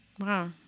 Wow